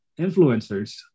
influencers